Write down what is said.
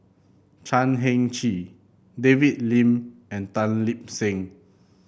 Chan Heng Chee David Lim and Tan Lip Seng